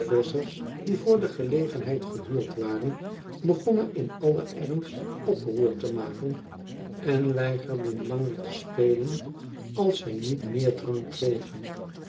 visschers die voor de gelegenheid gehuurd waren begonnen in alien ernst oproer te maken en weigerden langer te spelen als zij niet me'er drank kregen